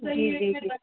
जी जी जी